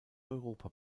europa